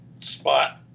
spot